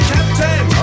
Captain